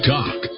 Talk